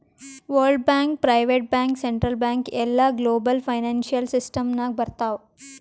world bank, private bank, central bank ಎಲ್ಲಾ global financial system ನಾಗ್ ಬರ್ತಾವ್